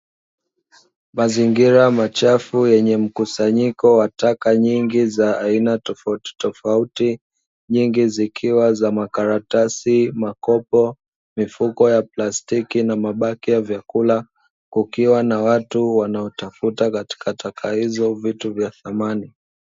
Mazingira machafu yenye mkusanyiko wa taka nyingi za aina tofautitofauti nyingi zikiwa za makaratasi, makopo, mifuko ya plastiki na mabaki ya chakula, kukiwa na watu wanaotafuta katika taka hizo vitu vya thamani.